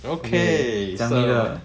okay